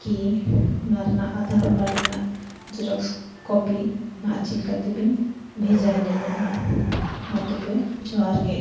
ᱠᱤ ᱚᱱᱟ ᱨᱮᱱᱟᱜ ᱟᱫᱷᱟᱨ ᱠᱟᱨᱰ ᱨᱮᱱᱟᱜ ᱡᱚᱨᱚᱠᱥ ᱠᱚᱯᱤ ᱱᱟᱜ ᱪᱮᱫ ᱞᱮᱠᱟ ᱛᱤᱵᱤᱱ ᱵᱷᱮᱡᱟᱣᱟ ᱞᱤᱧᱟᱹ ᱱᱟᱜ ᱢᱟ ᱛᱚᱵᱮ ᱡᱚᱦᱟᱨ ᱜᱮ